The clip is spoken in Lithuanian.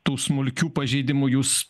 tų smulkių pažeidimų jūs